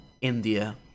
India